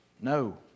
No